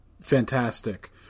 fantastic